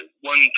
one